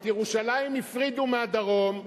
את ירושלים הפרידו מהדרום,